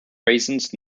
raisins